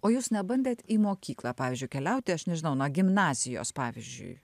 o jūs nebandėt į mokyklą pavyzdžiui keliauti aš nežinau na gimnazijos pavyzdžiui